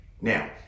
now